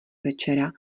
večera